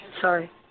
Sorry